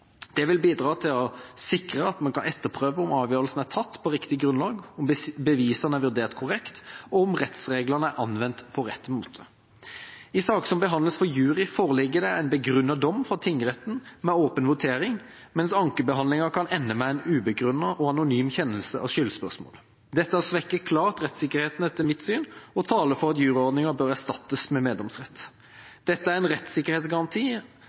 Det vil bidra til å sikre at man kan etterprøve om avgjørelsen er tatt på riktig grunnlag, om bevisene er vurdert korrekt, og om rettsreglene er anvendt på rett måte. I saker som behandles for jury, foreligger det en begrunnet dom fra tingretten med åpen votering, mens ankebehandlinga kan ende med en ubegrunnet og anonym kjennelse av skyldspørsmålet. Dette svekker klart rettssikkerheten etter mitt syn og taler for at juryordninga bør erstattes med meddomsrett. Det er en rettssikkerhetsgaranti